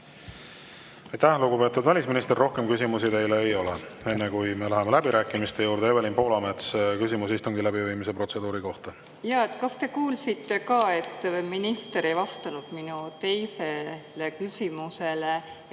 lugupeetud välisminister! Rohkem küsimusi teile ei ole. Enne kui me läheme läbirääkimiste juurde, Evelin Poolamets, küsimus istungi läbiviimise protseduuri kohta. Jaa. Kas te kuulsite ka, et minister ei vastanud minu teisele küsimusele,